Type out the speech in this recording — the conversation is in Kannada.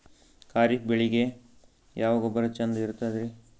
ಖರೀಪ್ ಬೇಳಿಗೆ ಯಾವ ಗೊಬ್ಬರ ಚಂದ್ ಇರತದ್ರಿ?